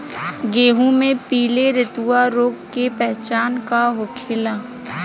गेहूँ में पिले रतुआ रोग के पहचान का होखेला?